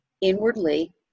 inwardly